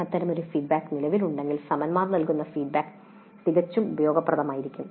അത്തരമൊരു സംവിധാനം നിലവിലുണ്ടെങ്കിൽ സമന്മാർ നൽകുന്ന ഫീഡ്ബാക്ക് തികച്ചും ഉപയോഗപ്രദമാകും